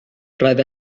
roedd